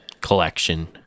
collection